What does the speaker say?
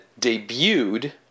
debuted